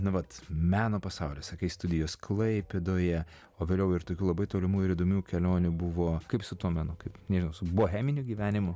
nu vat meno pasaulio sakai studijos klaipėdoje o vėliau ir tokių labai tolimų ir įdomių kelionių buvo kaip su tuo menu kaip nežinau kaip su boheminiu gyvenimu